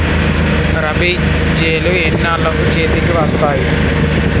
రబీ చేలు ఎన్నాళ్ళకు చేతికి వస్తాయి?